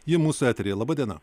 ji mūsų eteryje laba diena